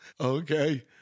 Okay